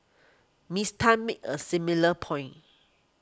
Miss Tan made a similar point